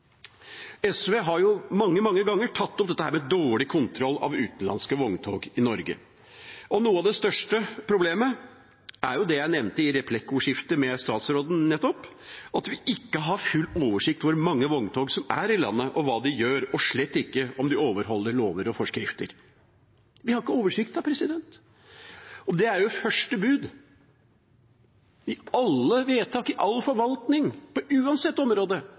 SV har mange ganger tatt opp dette med dårlig kontroll av utenlandske vogntog i Norge. Et av de største problemene er det jeg nevnte i replikkordskiftet med statsråden nettopp, at vi ikke har full oversikt over hvor mange vogntog som er i landet, hva de gjør, og slett ikke om de overholder lover og forskrifter. Vi har ikke oversikt. Første bud når det gjelder alle vedtak og i all forvaltning, uansett